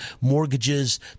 mortgages